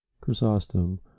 Chrysostom